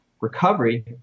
recovery